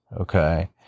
Okay